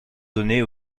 données